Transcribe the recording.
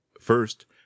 First